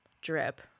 drip